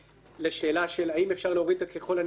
לשאלה של האם אפשר להוריד את "ככל הניתן",